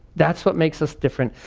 that's what makes us different.